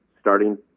starting